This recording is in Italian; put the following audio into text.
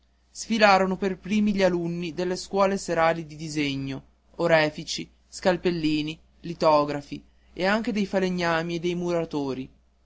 sfilarono pei primi gli alunni delle scuole serali di disegno orefici scalpellini litografi e anche dei falegnami e dei muratori